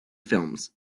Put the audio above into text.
films